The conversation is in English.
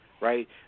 right